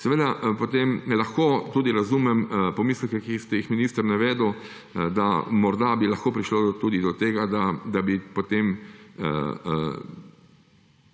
Seveda potem lahko tudi razumem pomisleke, ki ste jih, minister, navedli, da morda bi lahko prišlo tudi do tega, da bi potem